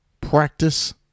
practice